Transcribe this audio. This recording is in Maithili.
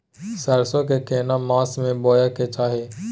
सरसो के केना मास में बोय के चाही?